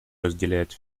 разделяет